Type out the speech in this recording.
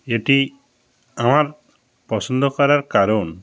এটি আমার পছন্দ করার কারণ